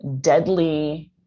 deadly